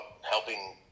helping